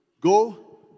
Go